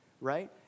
right